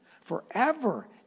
forever